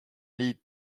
need